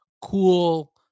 cool